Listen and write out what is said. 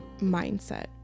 mindset